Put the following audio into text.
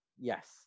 Yes